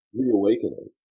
reawakening